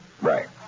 Right